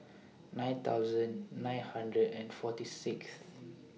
nine thousand nine hundred and forty Sixth